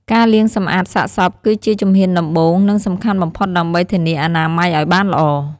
ការលាងសម្អាតសាកសពគឺជាជំហានដំបូង និងសំខាន់បំផុតដើម្បីធានាអនាម័យឲ្យបានល្អ។